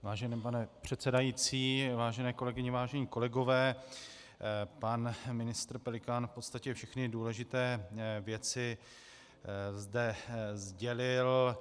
Vážený pane předsedající, vážené kolegyně, vážení kolegové, pan ministr Pelikán v podstatě všechny důležité věci zde sdělil.